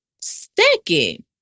Second